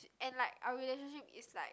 and like our relationship is like